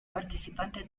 participante